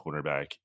cornerback